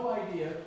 idea